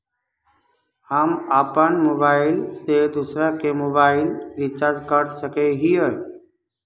हम अपन मोबाईल से दूसरा के मोबाईल रिचार्ज कर सके हिये?